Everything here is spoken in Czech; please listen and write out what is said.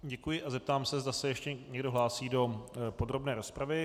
Děkuji a zeptám se, zda se ještě někdo hlásí do podrobné rozpravy.